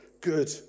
good